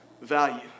value